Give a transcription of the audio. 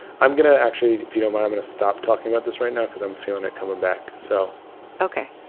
i'm going to actually if you don't mind, i'm going to stop talking about this right now because i'm feeling it coming back, so ok,